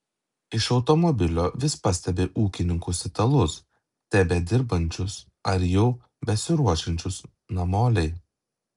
iš automobilio vis pastebi ūkininkus italus tebedirbančius ar jau besiruošiančius namolei